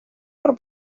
por